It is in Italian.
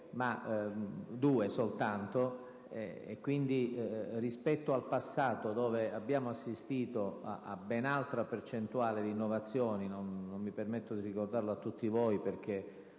due soltanto. Rispetto al passato, quando abbiamo assistito a ben altra percentuale di innovazioni - che non mi permetto di ricordare a tutti voi perché